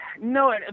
no